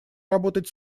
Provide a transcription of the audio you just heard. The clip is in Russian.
работать